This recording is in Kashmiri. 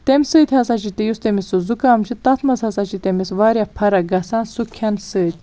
تمہِ سۭتۍ ہَسا چھ یُس تٔمِس سُہ زُکام چھُ تتھ مَنٛز ہَسا چھ تٔمس واریاہ فرَق گَژھان سُہ کھیٚنہٕ سۭتۍ